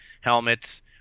helmets